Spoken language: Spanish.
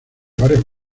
varios